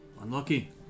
Unlucky